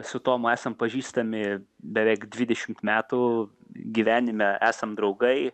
su tomu esam pažįstami beveik dvidešimt metų gyvenime esam draugai